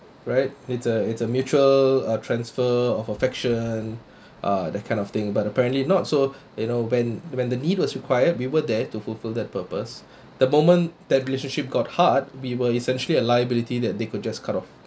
right it's a it's a mutual uh transfer of affection uh that kind of thing but apparently not so you know when when the need was required we were there to fulfill that purpose the moment that relationship got hard we were essentially a liability that they could just cut off